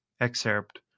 excerpt